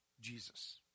Jesus